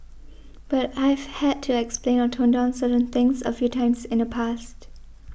but I've had to explain or tone down certain things a few times in the past